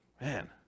man